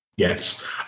Yes